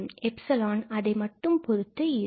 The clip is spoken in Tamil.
𝜖 அதனை மட்டும் பொறுத்து N இருக்கும்